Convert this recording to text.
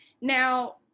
Now